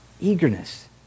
Eagerness